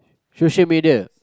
social media